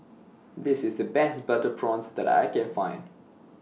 This IS The Best Butter Prawns that I Can Find